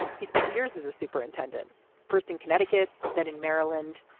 he spent years as a superintendent first in connecticut then in maryland.